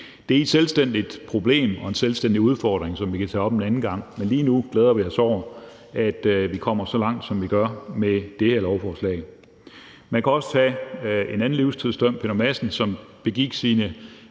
Det er et selvstændigt problem og en selvstændig udfordring, som vi kan tage op en anden gang, men lige nu glæder vi os over, at vi kommer så langt, som vi gør med det her lovforslag. Man kan også tage en anden livstidsdømt, nemlig Peter Madsen, som begik sin